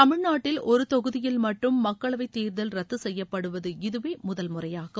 தமிழ்நாட்டில் ஒரு தொகுதியில் மட்டும் மக்களவைத் தேர்தல் ரத்து செய்யப்படுவது இதவே முதல்முறையாகும்